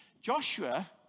Joshua